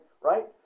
right